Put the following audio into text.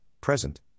present